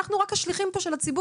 אנחנו רק השליחים של הציבור.